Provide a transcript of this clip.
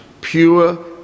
pure